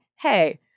hey